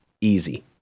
Easy